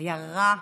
היה רע,